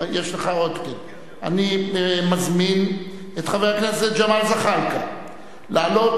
אני מזמין את חבר הכנסת ג'מאל זחאלקה לעלות